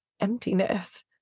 emptiness